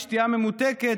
שתייה ממותקת,